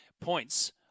points